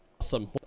awesome